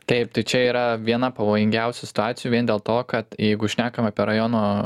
taip tai čia yra viena pavojingiausių situacijų vien dėl to kad jeigu šnekam apie rajono